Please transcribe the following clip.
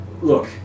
Look